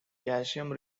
calcium